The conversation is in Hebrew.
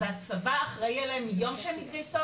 אז הצבא אחראי עליהן מיום שהן מתגייסות